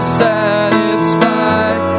satisfied